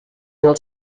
mil